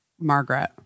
Margaret